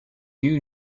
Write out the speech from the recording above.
you